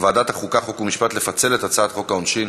ועדת החוקה, חוק ומשפט לפצל את הצעת חוק העונשין